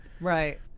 Right